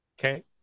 Okay